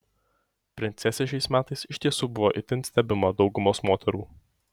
princesė šiais metais iš tiesų buvo itin stebima daugumos moterų